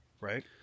right